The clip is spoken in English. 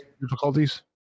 difficulties